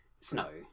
Snow